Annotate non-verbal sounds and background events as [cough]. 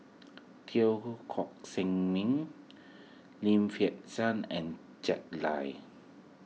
Teo Koh [unintelligible] Miang Lim Fei Shen and Jack Lai